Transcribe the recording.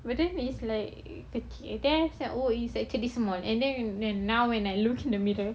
but then it's like kecil then oh it's actually small and then when now when I look at the mirror